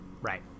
Right